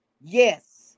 Yes